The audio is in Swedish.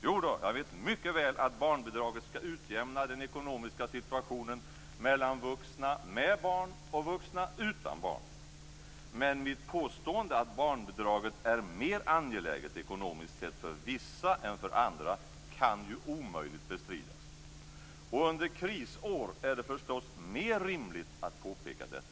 Jodå, jag vet mycket väl att barnbidraget skall utjämna den ekonomiska situationen mellan vuxna med barn och vuxna utan barn. Men mitt påstående att barnbidraget är mer angeläget ekonomiskt sett för vissa än för andra kan ju omöjligt bestridas. Under krisår är det förstås mer rimligt att påpeka detta.